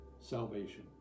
salvation